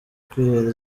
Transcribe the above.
kwihera